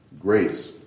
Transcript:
grace